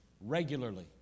regularly